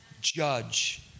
judge